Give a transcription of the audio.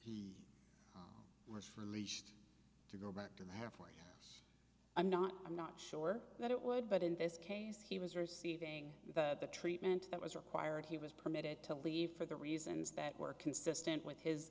unleashed to go back to the head for i'm not i'm not sure that it would but in this case he was receiving the treatment that was required he was permitted to leave for the reasons that were consistent with his